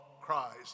Christ